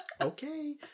Okay